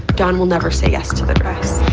don will never say yes to the dress.